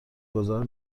گذار